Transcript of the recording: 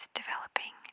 developing